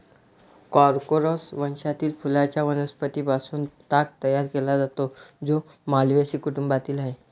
Corchorus वंशातील फुलांच्या वनस्पतीं पासून ताग तयार केला जातो, जो माल्व्हेसी कुटुंबातील आहे